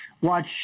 watch